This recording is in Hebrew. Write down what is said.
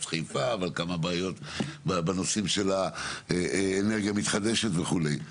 חיפה וכמה בעיות בנושאי אנרגיה מתחדשת וכולה.